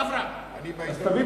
אני לא יודע